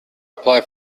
apply